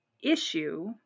issue